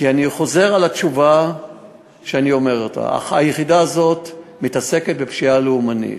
ואני חוזר על התשובה שאני אומר: היחידה הזאת מתעסקת בפשיעה לאומנית.